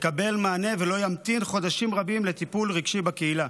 יקבל מענה ולא ימתין חודשים רבים לטיפול רגשי בקהילה.